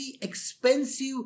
expensive